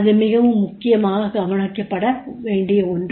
அது மிகவும் முக்கியமாக கவனிக்கப்படவேண்டிய ஒன்று